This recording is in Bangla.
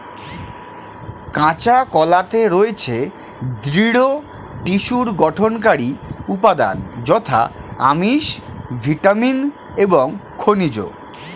কাঁচা কলাতে রয়েছে দৃঢ় টিস্যুর গঠনকারী উপাদান যথা আমিষ, ভিটামিন এবং খনিজ